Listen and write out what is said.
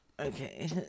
Okay